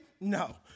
No